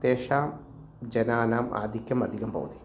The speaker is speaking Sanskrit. तेषां जनानाम् आधिक्यम् अधिकं भवति